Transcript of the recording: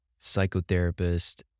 psychotherapist